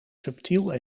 subtiel